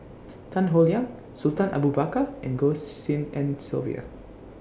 Tan Howe Liang Sultan Abu Bakar and Goh Tshin En Sylvia